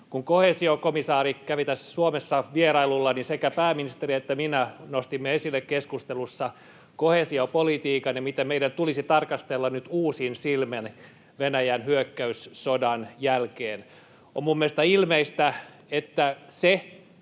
Kun koheesiokomissaari kävi Suomessa vierailulla, niin sekä pääministeri että minä nostimme esille keskustelussa koheesiopolitiikan ja sen, miten meidän tulisi tarkastella sitä nyt uusin silmin Venäjän hyökkäyssodan jälkeen. On minun mielestäni ilmeistä, että jos